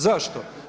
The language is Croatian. Zašto?